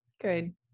Good